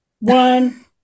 one